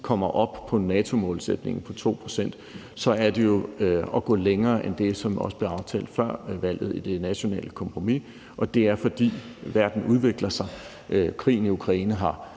kommer op på NATO-målsætningen på 2 pct. – går længere end det, som blev aftalt før valget i det nationale kompromis. Og det er, fordi verden udvikler sig. Krigen i Ukraine har